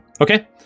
Okay